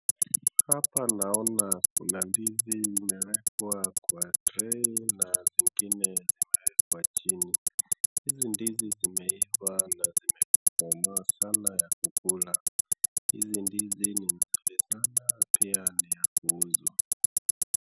Hapa naona kuna ndizi inawekwa kwa tray na zingine zinawekwa chini, hizi ndizi zimeiva na zimekomaa sana ya kukula hizi ndizi ni mzuri sana na pia ni ya kuuzwa.